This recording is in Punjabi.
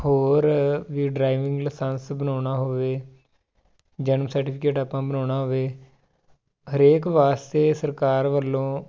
ਹੋਰ ਵੀ ਡਰਾਈਵਿੰਗ ਲਾਇਸੈਂਸ ਬਣਾਉਣਾ ਹੋਵੇ ਜਨਮ ਸਰਟੀਫਿਕੇਟ ਆਪਾਂ ਬਣਾਉਣਾ ਹੋਵੇ ਹਰੇਕ ਵਾਸਤੇ ਸਰਕਾਰ ਵੱਲੋਂ